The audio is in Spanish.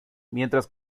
mientras